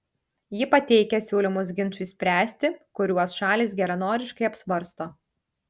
ji pateikia siūlymus ginčui spręsti kuriuos šalys geranoriškai apsvarsto